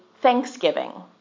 Thanksgiving